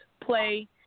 play